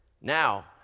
Now